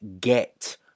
get